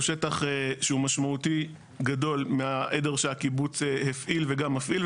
הוא שטח שהוא משמעותית גדול מהעדר שהקיבוץ הפעיל וגם מפעיל.